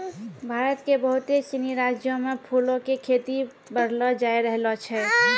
भारत के बहुते सिनी राज्यो मे फूलो के खेती बढ़लो जाय रहलो छै